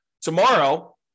tomorrow